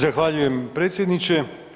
Zahvaljujem predsjedniče.